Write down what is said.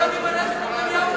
על איזה נתניהו הוא מדבר.